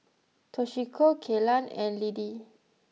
Toshiko Kelan and Lidie